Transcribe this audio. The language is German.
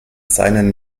seinen